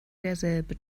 derselbe